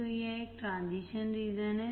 तो यह एक ट्रांजिशन रीजन है